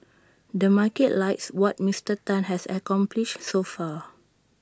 the market likes what Mister Tan has accomplished so far